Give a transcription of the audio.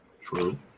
True